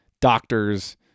doctors